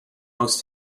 most